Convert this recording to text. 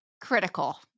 critical